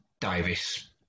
Davis